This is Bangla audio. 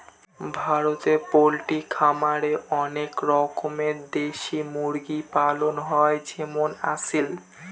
ভারতে পোল্ট্রি খামারে অনেক রকমের দেশি মুরগি পালন হয় যেমন আসিল